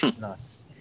Nice